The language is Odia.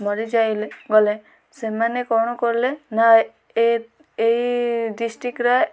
ମରିଯାଇଲେ ଗଲେ ସେମାନେ କ'ଣ କଲେ ନା ଏଇ ଡିଷ୍ଟ୍ରିକ୍ଟର